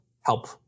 help